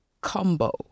combo